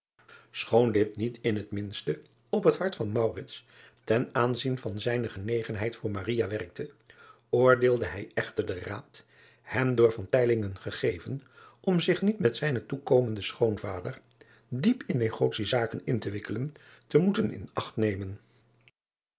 choon dit niet in het minste op het hart van ten aanzien van zijne genegenheid voor werkte oordeelde hij echter den raad hem door gegeven om zich niet met zijnen toekomenden schoonvader diep in negotiezaken in te wikkelen te moeten in acht nemen